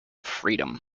freedom